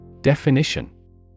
Definition